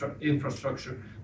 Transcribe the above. infrastructure